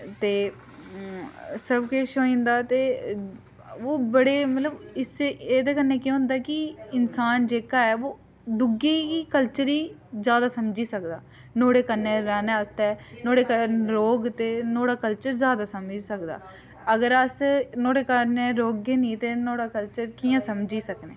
ते सब किश होई जंदा ते ओह् बड़े मतलब इस एह्दे कन्नै केह् होंदा कि इंसान जेह्का ऐ बो दुए गी कल्चर गी ज्यादा समझी सकदा नोह्ड़े कन्नै रौह्ने आस्तै नोह्ड़े कन्नै रौह्ग ते नोह्ड़ा कल्चर ज्यादा समझी सकदा अगर अस नोह्ड़ै कन्नै रौह्गे नी ते नोह्ड़ा कल्चर कि'यां समझी सकनें